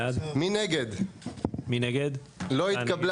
הצבעה בעד, 2 נגד, 3 נמנעים, 0 הרביזיה לא התקבלה.